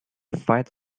fight